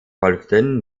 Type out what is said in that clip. folgten